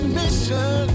mission